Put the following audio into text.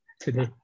today